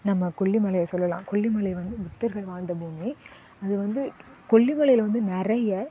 நம்ம கொல்லிமலையை சொல்லலாம் கொல்லிமலை வந்து புத்தர்கள் வாழ்ந்த பூமி அது வந்து கொல்லிமலையில் வந்து நிறைய